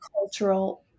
cultural